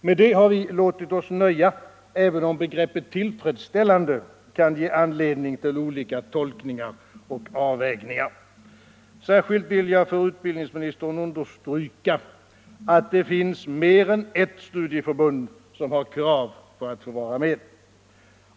Med det har vi låtit oss nöja, även om begreppet ”tillfredsställande” kan ge anledning till olika tolkningar och avvägningar. Särskilt vill jag för utbildningsministern understryka att det finns mer än ett studieförbund som har krav på att få vara med.